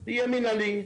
זה יהיה מינהלי.